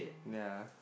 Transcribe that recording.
wait ah